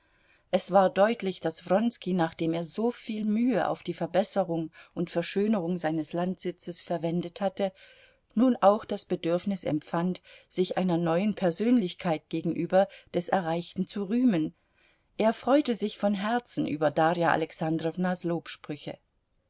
es war deutlich daß wronski nachdem er soviel mühe auf die verbesserung und verschönerung seines landsitzes verwendet hatte nun auch das bedürfnis empfand sich einer neuen persönlichkeit gegenüber des erreichten zu rühmen er freute sich von herzen über darja alexandrownas lobsprüche